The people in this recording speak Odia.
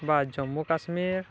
ବା ଜମ୍ମୁକାଶ୍ମୀର